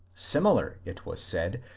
similar, it was said,